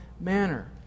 manner